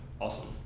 awesome